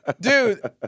Dude